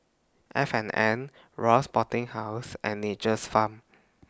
F and N Royal Sporting House and Nature's Farm